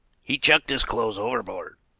he chucked his clothes overboard,